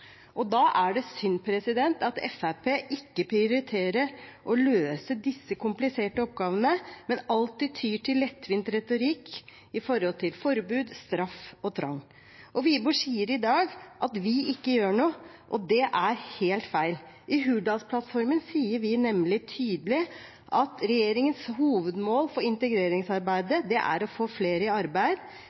Da er det synd at Fremskrittspartiet ikke prioriterer å løse disse kompliserte oppgavene, men alltid tyr til lettvint retorikk når det gjelder forbud, straff og tvang. Wiborg sier i dag at vi ikke gjør noe, og det er helt feil. I Hurdalsplattformen sier vi nemlig tydelig at regjeringens hovedmål for integreringsarbeidet er å få flere i arbeid,